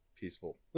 peaceful